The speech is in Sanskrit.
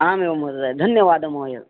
आम् एव महोदय धन्यवादः महोदय